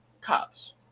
cops